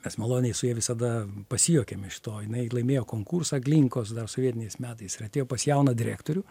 mes maloniai su ja visada pasijuokiam iš to jinai laimėjo konkursą glinkos dar sovietiniais metais ir atėjo pas jauną direktorių